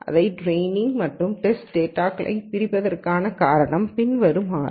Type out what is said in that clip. இதை டிரேயினிங் மற்றும் டேஸ்டு டேட்டாகளாகப் பிரிப்பதற்கான காரணம் பின்வருமாறு